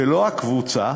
ולא הקבוצה,